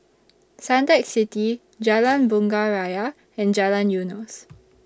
Suntec City Jalan Bunga Raya and Jalan Eunos